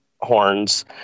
horns